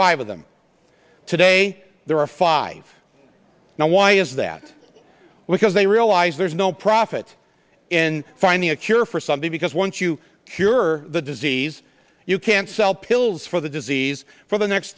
five of them today there are five now why is that because they realize there's no profit in finding a cure for something because once you cure the disease you can sell pills for the disease for the next